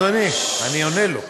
אדוני, אני עונה לו.